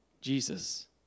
Jesus